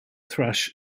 thrush